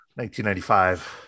1995